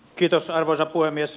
kiitos arvoisa puhemies